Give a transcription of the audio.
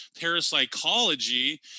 parapsychology